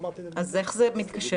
אז איך זה מתקשר?